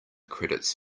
credits